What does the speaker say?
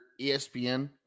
ESPN